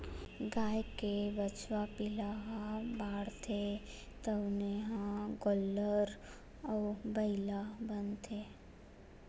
गाय के बछवा पिला ह बाढ़थे तउने ह गोल्लर अउ बइला बनथे